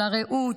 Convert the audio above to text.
על הרעות,